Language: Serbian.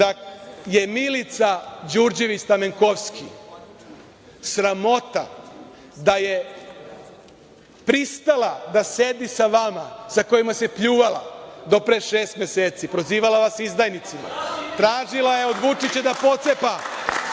da je Milica Đurđević Stamenkovski sramota, da je pristala da sedi sa vama sa kojima se pljuvala do pre šest meseci. Nazivala vas izdajnicima, tražila je od Vučića da pocepa